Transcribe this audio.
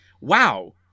wow